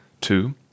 Two